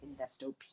Investopedia